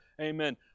Amen